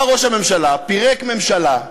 בא ראש הממשלה, פירק ממשלה יציבה,